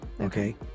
Okay